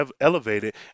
elevated